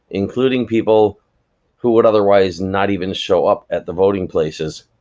including people who would otherwise not even show up at the voting places,